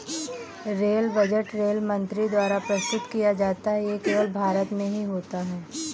rail budget rail मंत्री द्वारा प्रस्तुत किया जाता है ये केवल भारत में ही होता है